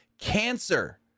cancer